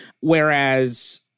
Whereas